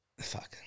Fuck